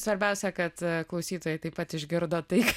svarbiausia kad klausytojai taip pat išgirdo